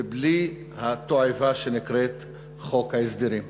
בלי התועבה שנקראת "חוק ההסדרים".